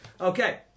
okay